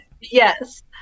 Yes